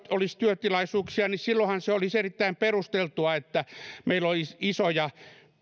olisi työtilaisuuksia niin silloinhan olisi erittäin perusteltua että meillä olisi isoja